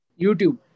YouTube